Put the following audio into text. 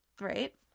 right